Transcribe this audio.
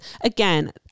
again